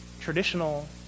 traditional